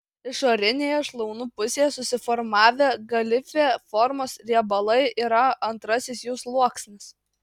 išorinėje šlaunų pusėje susiformavę galifė formos riebalai yra antrasis jų sluoksnis